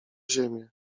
ziemię